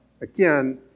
again